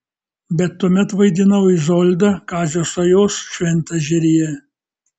bet tuomet vaidinau izoldą kazio sajos šventežeryje